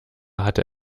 hatte